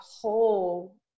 whole